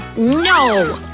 no!